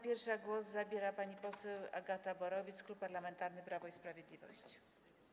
Pierwsza głos zabierze pani poseł Agata Borowiec, Klub Parlamentarny Prawo i Sprawiedliwość.